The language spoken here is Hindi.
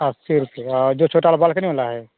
अस्सी रूपए का और जो छोटा वाला बालकोनी वाला है